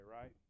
right